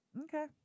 Okay